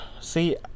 see